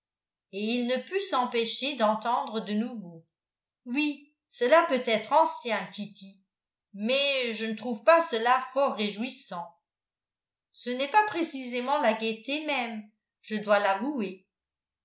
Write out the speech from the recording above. et il ne put s'empêcher d'entendre de nouveau oui cela peut être ancien kitty mais je ne trouve pas cela fort réjouissant ce n'est pas précisément la gaieté même je dois l'avouer